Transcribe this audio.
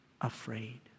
afraid